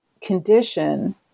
condition